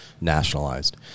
nationalized